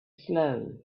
slow